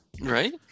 right